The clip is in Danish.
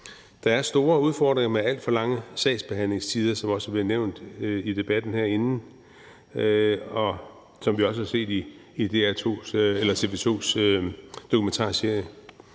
Der er store udfordringer med alt for lange sagsbehandlingstider, som det også er blevet nævnt her i debatten, og vi har også set det i TV 2's dokumentarserie.